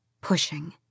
Pushing